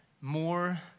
more